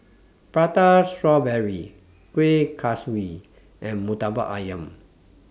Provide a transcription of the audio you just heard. Prata Strawberry Kuih Kaswi and Murtabak Ayam